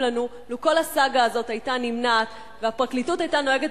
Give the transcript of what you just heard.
לנו לו כל הסאגה הזאת היתה נמנעת והפרקליטות היתה נוהגת